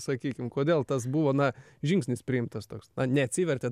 sakykim kodėl tas buvo na žingsnis priimtas toks neatsivertė